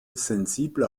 sensibel